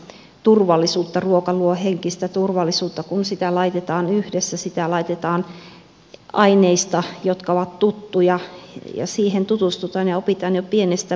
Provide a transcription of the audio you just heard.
ruoka luo henkistä turvallisuutta kun sitä laitetaan yhdessä sitä laitetaan aineista jotka ovat tuttuja ja siihen tutustutaan ja opitaan jo pienestä pitäen